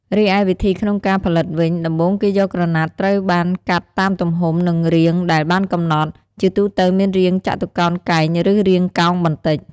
រីឯវិធីក្នុងការផលិតវិញ ដំបូងគេយកក្រណាត់ត្រូវបានកាត់តាមទំហំ និងរាងដែលបានកំណត់ ជាទូទៅមានរាងចតុកោណកែង ឬរាងកោងបន្តិច។